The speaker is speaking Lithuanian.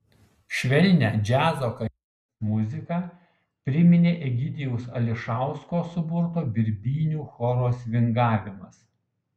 švelnią džiazo kavinės muziką priminė egidijaus ališausko suburto birbynių choro svingavimas